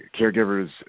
caregivers